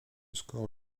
score